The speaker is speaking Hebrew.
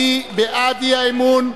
מי בעד האי-אמון?